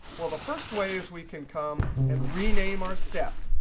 well, the first way is we can come and rename our steps.